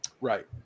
Right